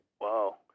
Wow